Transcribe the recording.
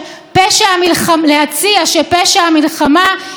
עוד הוא קבע: פסק דין מביש.